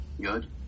good